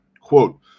Quote